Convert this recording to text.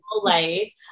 light